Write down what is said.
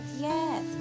yes